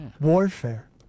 Warfare